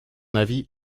avis